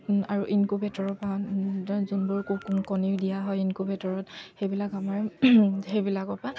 আৰু ইনকোভেটৰৰপৰা যোনবোৰ কণীও দিয়া হয় ইনকোভেটৰত সেইবিলাক আমাৰ সেইবিলাকৰপৰা